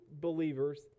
believers